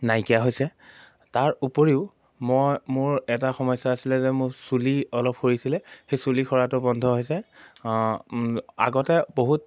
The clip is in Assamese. নাইকিয়া হৈছে তাৰ উপৰিও মই মোৰ এটা সমস্যা আছিলে যে মোৰ চুলি অলপ সৰিছিলে সেই চুলি সৰাটো বন্ধ হৈছে আগতে বহুত